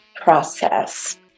process